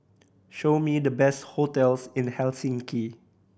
show me the best hotels in Helsinki